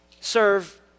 serve